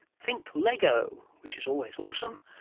think lego, which is always awesome,